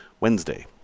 Wednesday